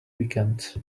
weekends